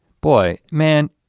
boy, man,